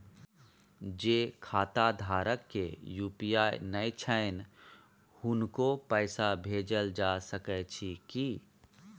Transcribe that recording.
जे खाता धारक के यु.पी.आई नय छैन हुनको पैसा भेजल जा सकै छी कि?